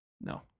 No